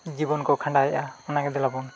ᱡᱤᱵᱚᱱ ᱠᱚ ᱠᱷᱟᱸᱰᱟᱣᱮᱜᱼᱟ ᱚᱱᱟᱜᱮ ᱫᱮᱞᱟ ᱵᱚᱱ